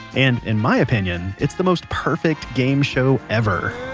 and in my opinion, it's the most perfect game show ever